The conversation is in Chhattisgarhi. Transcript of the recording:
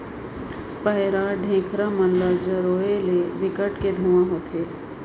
पैरा, ढेखरा मन ल जरोए ले बिकट के धुंआ होथे